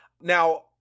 Now